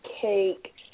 cake